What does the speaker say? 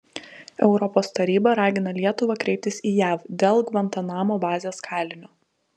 europos taryba ragina lietuvą kreiptis į jav dėl gvantanamo bazės kalinio